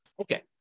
okay